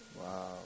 Wow